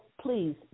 please